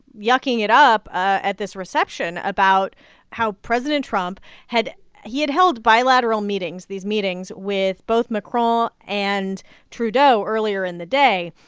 yucking it up at this reception about how president trump had he had held bilateral meetings, these meetings, with both macron and trudeau earlier in the day.